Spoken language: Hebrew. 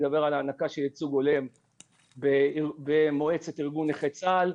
אני מדבר על הענקה של ייצוג הולם במועצת ארגון נכי צה"ל,